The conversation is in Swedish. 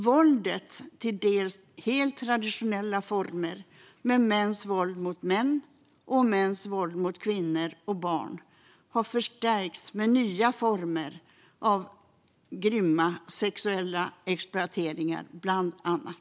Våldets till dels helt traditionella former med mäns våld mot män och mäns våld mot kvinnor och barn har förstärkts med bland annat nya former av grymma sexuella exploateringar.